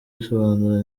risobanura